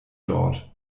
dort